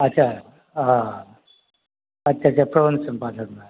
अच्छा अच्छा अच्छा पवन सम्पादक मे